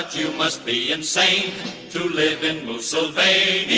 you must be insane to live in most surveys